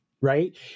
right